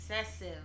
excessive